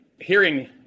hearing